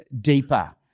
deeper